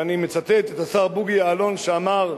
ואני מצטט את השר בוגי יעלון, שאמר: